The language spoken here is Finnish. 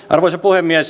arvoisa puhemies